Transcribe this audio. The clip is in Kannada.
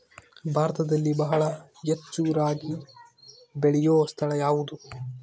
ಭಾರತದಲ್ಲಿ ಬಹಳ ಹೆಚ್ಚು ರಾಗಿ ಬೆಳೆಯೋ ಸ್ಥಳ ಯಾವುದು?